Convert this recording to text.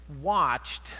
watched